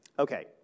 Okay